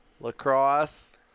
Lacrosse